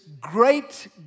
great